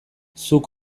zuk